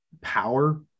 power